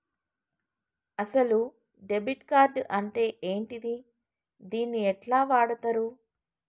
అసలు debit card అంటే ఏంటిది? దీన్ని ఎట్ల వాడుతరు?